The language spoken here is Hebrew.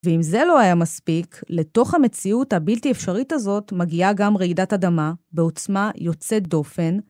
ואם זה לא היה מספיק, לתוך המציאות הבלתי אפשרית הזאת מגיעה גם רעידת אדמה, בעוצמה יוצאת דופן.